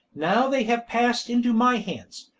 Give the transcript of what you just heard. now they have passed into my hands,